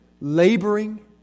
laboring